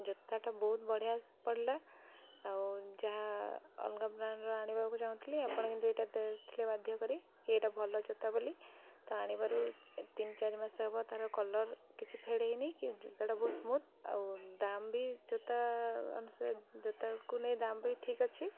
ଜୋତାଟା ବହୁତ ବଢ଼ିଆ ପଡ଼ିଲା ଆଉ ଯାହା ଅଲଗା ବ୍ରାଣ୍ଡର ଆଣିବାକୁ ଚାହୁଁଥିଲି ଆପଣ କିନ୍ତୁ ଏଇଟା ଦେଇଥିଲେ ବାଧ୍ୟ କରି କି ଏଇଟା ଭଲ ଜୋତା ବୋଲି ତ ଆଣିବାରୁ ତିନି ଚାରି ମାସେ ହବ ତା'ର କଲର୍ କିଛି ଫେଡ଼୍ ହେଇନି କି ଜୋତାଟା ବହୁତ ସ୍ମୁଥ୍ ଆଉ ଦାମ୍ ବି ଜୋତା ଅନୁସାରେ ଜୋତାକୁ ନେଇ ଦାମ୍ ବି ଠିକ୍ ଅଛି